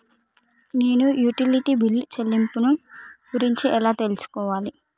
నేను utility bill చెల్లింపులను గురించి ఎలా తెలుసుకోవాలి?